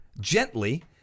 gently